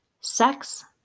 sex